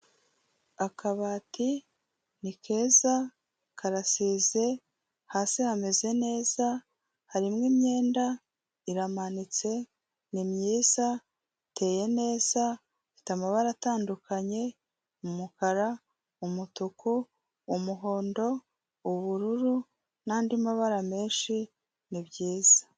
Akabati ni keza, karasize, hasi hameze neza, harimo imyenda, iramanitse, ni myiza, iteye neza, ifite amabara atandukanye umukara, umutuku, umuhondo, ubururu n'andi mabara menshi ni byiza.